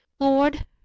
lord